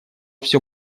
все